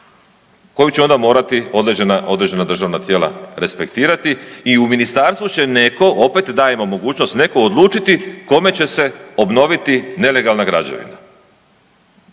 koju će onda morati određena, određena državna tijela respektirati i u ministarstvu će netko, opet dajemo mogućnost, netko odlučiti kome će se obnoviti nelegalna građevina.